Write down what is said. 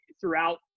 throughout